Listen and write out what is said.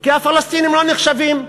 כי הפלסטינים לא נחשבים.